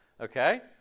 okay